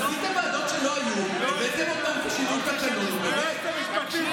אתה זוכר מה היו שינויי התקנון שהם העבירו בכנסת הקודמת?